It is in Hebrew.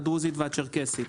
הדרוזית והצ'רקסית,